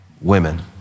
women